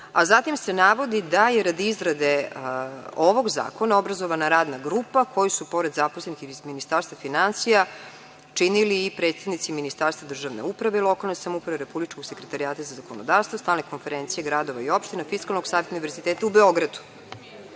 Zatim se navodi da je radi izrade ovog zakona obrazovana radna grupa koju su pored zaposlenih iz Ministarstva finansija činili i predstavnici Ministarstva državne uprave i lokalne samouprave, Republičkog sekretarijata za zakonodavstvo, Stalne konferencije gradova i opština, Fiskalnog saveta, Univerziteta u Beogradu.